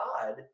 God